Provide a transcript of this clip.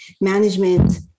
management